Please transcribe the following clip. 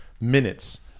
minutes